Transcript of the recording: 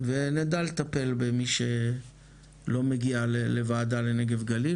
ונדע לטפל במי שלא מגיע לוועדה לנגב וגליל,